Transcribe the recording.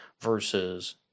versus